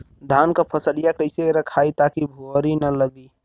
धान क फसलिया कईसे रखाई ताकि भुवरी न लगे?